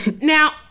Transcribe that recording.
now